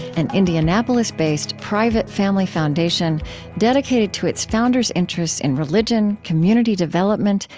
an indianapolis-based, private family foundation dedicated to its founders' interests in religion, community development,